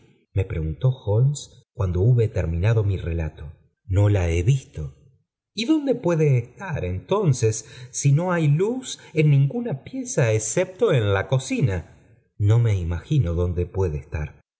me preguntó ilolmes cuando hube imiih nado mi relato no la he visto y dónde puede estar entonces ai i luz en ninguna pieza excepto en la corma no me imagino dónde puede cafar